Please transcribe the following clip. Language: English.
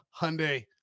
Hyundai